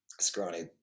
scrawny